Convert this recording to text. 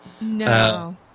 no